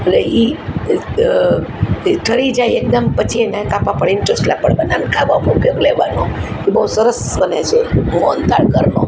એટલે એ ઠરી જાય એકદમ પછી એને કાપા પાડીને ચોસલા પાડવાનાં ને ખાવા પૂરતું લેવાનું બહુ સરસ બને છે મોહનથાળ ઘરનો